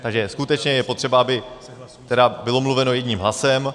Takže skutečně je potřeba, aby bylo mluveno jedním hlasem.